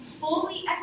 fully